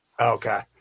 Okay